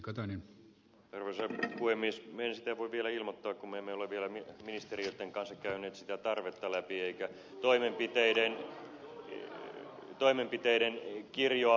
minä en sitä voi vielä ilmoittaa kun me emme ole vielä ministeriöitten kanssa käyneet sitä tarvetta läpi emmekä toimenpiteiden kirjoa